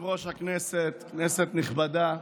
יושב-ראש הישיבה, כנסת נכבדה,